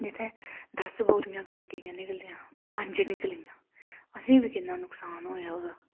जित्थे दस बोरियां कनकै दियां निकलदियां हियां उत्थै पंज निकलियां असें बी किन्ना नुक्सान होआ ओह्दा